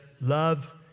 love